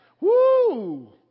Woo